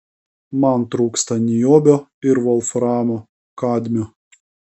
man trūksta niobio ir volframo kadmio